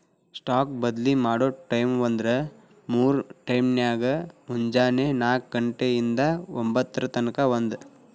stock ಬದ್ಲಿ ಮಾಡೊ ಟೈಮ್ವ್ಂದ್ರ ಮೂರ್ ಟೈಮ್ನ್ಯಾಗ, ಮುಂಜೆನೆ ನಾಕ ಘಂಟೆ ಇಂದಾ ಒಂಭತ್ತರ ತನಕಾ ಒಂದ್